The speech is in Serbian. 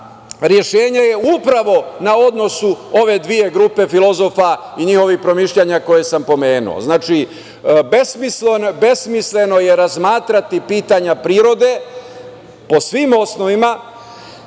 rešenja je upravo na odnosu ove dve grupe filozofa i njihovih promišljanja koje sam pomenuo. Znači, besmisleno je razmatrati pitanja prirode, po svim osnovama,